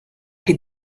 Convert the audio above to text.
che